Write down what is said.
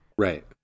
right